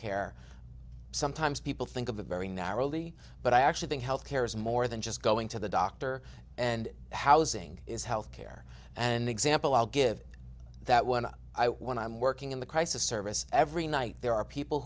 care sometimes people think of a very narrowly but i actually think health care is more than just going to the doctor and housing is health care an example i'll give that one up when i'm working in the crisis service every night there are people